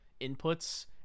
inputs